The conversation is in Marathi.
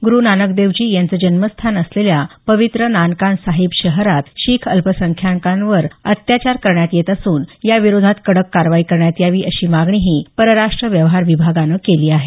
गुरु नानकदेवजी यांचं जन्मस्थान असलेल्या पवित्र नानकाना साहिब शहरात शीख अल्पसंख्यांकांवर अत्याचार करण्यात येत असून या विरोधात कडक कारवाई करण्यात यावी अशी मागणीही परराष्ट व्यवहार विभागानं केली आहे